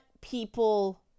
people